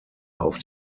auf